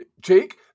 Jake